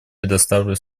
предоставляю